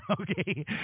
Okay